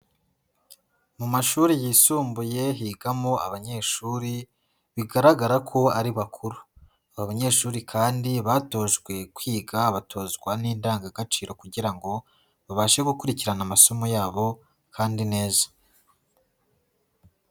Mu mashuri yisumbuye higamo abanyeshuri, bigaragara ko ari bakuru, aba banyeshuri kandi batojwe kwiga, batozwa n'indangagaciro kugira ngo babashe gukurikirana amasomo yabo kandi neza.